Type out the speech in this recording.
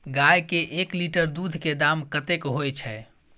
गाय के एक लीटर दूध के दाम कतेक होय छै?